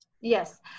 Yes